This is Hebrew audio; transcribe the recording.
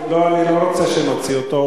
לא, אני לא רוצה שנוציא אותו.